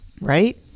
right